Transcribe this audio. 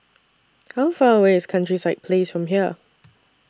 How Far away IS Countryside Place from here